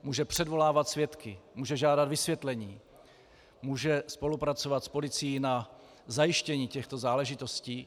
Může předvolávat svědky, může žádat vysvětlení, může spolupracovat s policií na zajištění těchto záležitostí.